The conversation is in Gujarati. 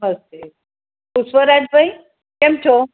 હશે પુષ્પરાજ ભાઈ કેમ છો